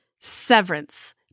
Severance